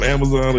Amazon